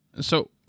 So-